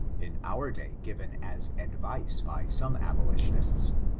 in our day given as advice by some aboli tionists,